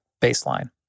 baseline